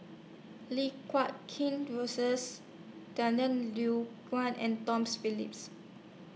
Lim Guat Kheng Rosies and Tom Phillips